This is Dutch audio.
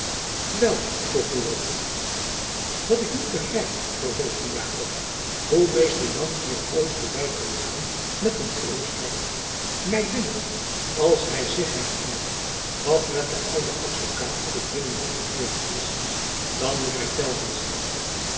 wel vroeg buat dat ik niet begrijp vervolgde jakob hoe mr jan hier ooit voorby kan gaan met een gerust hart my dunkt als hy zich herinnert wat met den ouden advokaat op het binnenhof gebeurd is dan moet hy telkens denken